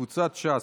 קבוצת סיעת ש"ס,